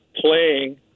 playing